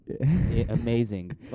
amazing